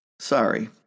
Sorry